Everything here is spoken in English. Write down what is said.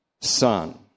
Son